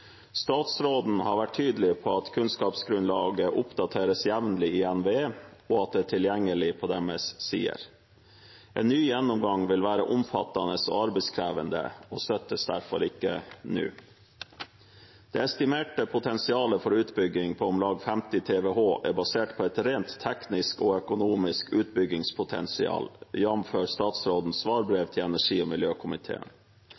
NVE, og at det er tilgjengelig på deres sider. En ny gjennomgang vil være omfattende og arbeidskrevende og støttes derfor ikke nå. Det estimerte potensialet for utbygging på om lag 50 TWh er basert på et rent teknisk og økonomisk utbyggingspotensial, jf. statsrådens